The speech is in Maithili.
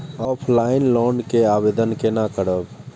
ऑफलाइन लोन के आवेदन केना करब?